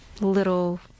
little